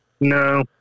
No